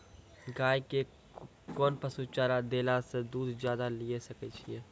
गाय के कोंन पसुचारा देला से दूध ज्यादा लिये सकय छियै?